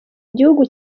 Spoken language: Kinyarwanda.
igihugu